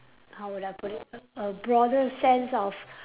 how would I put it a a broader sense of